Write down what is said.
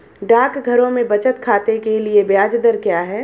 डाकघरों में बचत खाते के लिए ब्याज दर क्या है?